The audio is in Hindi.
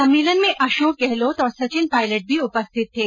सम्मेलन में अशोक गहलोत और सचिन पायलट भी उपस्थित थे